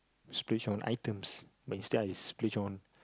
splurge on items but instead I splurge on